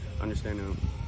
understanding